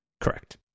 correct